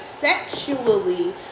sexually